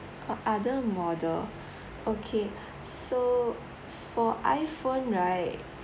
uh other model okay so for iPhone right